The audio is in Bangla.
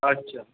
আচ্ছা